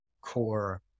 core